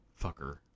fucker